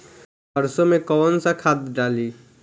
सरसो में कवन सा खाद डाली?